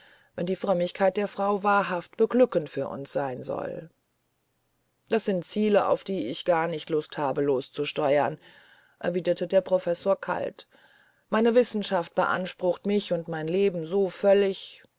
wenn die frömmigkeit der frau wahrhaft beglückend für uns sein soll das sind ziele auf die ich gar nicht lust habe loszusteuern erwiderte der professor kalt meine wissenschaft beansprucht mich und mein leben so völlig